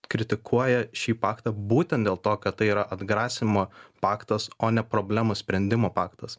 kritikuoja šį paktą būtent dėl to kad tai yra atgrasymo paktas o ne problemų sprendimų paktas